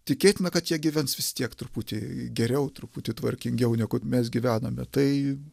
tikėtina kad jie gyvens vis tiek truputį geriau truputį tvarkingiau negu mes gyvename tai